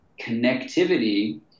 connectivity